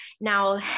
Now